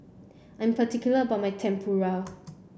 I'm particular about my Tempura